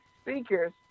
speakers